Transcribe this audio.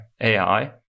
AI